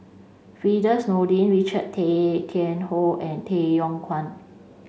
Firdaus Nordin Richard Tay Tian Hoe and Tay Yong Kwang